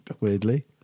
Weirdly